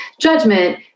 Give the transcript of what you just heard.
judgment